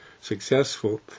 successful